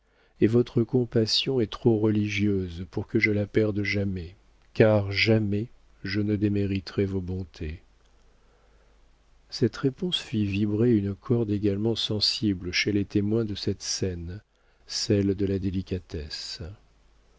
et votre compassion est trop religieuse pour que je la perde jamais car jamais je ne démériterai vos bontés cette réponse fit vibrer une corde également sensible chez les témoins de cette scène celle de la délicatesse